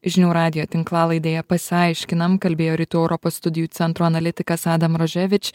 žinių radijo tinklalaidėje pasiaiškinam kalbėjo rytų europos studijų centro analitikas adam roževič